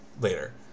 later